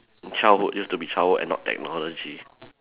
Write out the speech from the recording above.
childhood used to be childhood and not technology